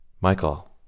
Michael